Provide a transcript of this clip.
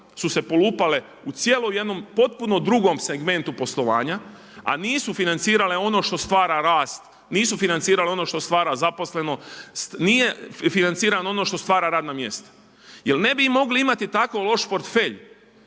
su se polupale u cijelom jednom potpuno drugom segmentu poslovanja a nisu financirale ono što stvara rast, nisu financirale ono što stvara zaposlenost, nije financirano ono što stvara radna mjesta jer ne bi mogli imati tako loš portfelj,